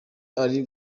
ari